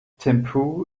thimphu